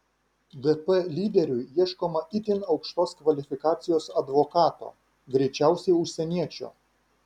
dp lyderiui ieškoma itin aukštos kvalifikacijos advokato greičiausiai užsieniečio